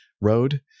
Road